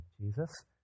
Jesus